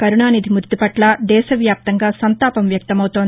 కరుణానిధి మృతి పట్ల దేశవ్యాప్తంగా సంతాపం వ్యక్తమవుతోంది